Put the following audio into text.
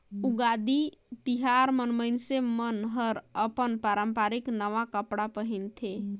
उगादी तिहार मन मइनसे मन हर अपन पारंपरिक नवा कपड़ा पहिनथे